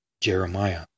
Jeremiah